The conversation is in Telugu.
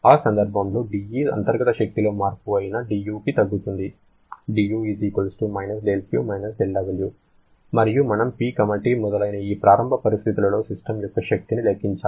ఆ సందర్భంలో dE అంతర్గత శక్తిలో మార్పు అయిన dU కి తగ్గుతుంది dU - δQ - δW మరియు మనము P T మొదలైన ఈ ప్రారంభ పరిస్థితిలలో సిస్టమ్ యొక్క శక్తిని లెక్కించాలి